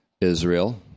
Israel